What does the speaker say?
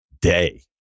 day